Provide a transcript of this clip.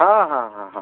ହଁ ହଁ ହଁ ହଁ